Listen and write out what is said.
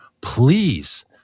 please